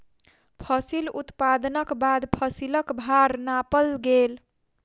फसिल उत्पादनक बाद फसिलक भार नापल गेल